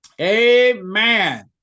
amen